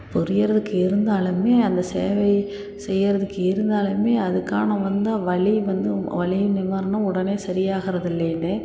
புரிகிறதுக்கு இருந்தாலுமே அந்த சேவை செய்கிறதுக்கு இருந்தாலுமே அதுக்கான வந்த வலி வந்து வலி நிவாரணம் உடனே சரியாகிறது இல்லைன்னு